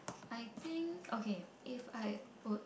I think okay if I would